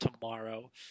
tomorrow